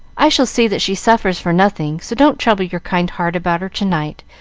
i shall see that she suffers for nothing, so don't trouble your kind heart about her to-night,